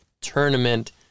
tournament